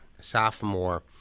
sophomore